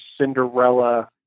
Cinderella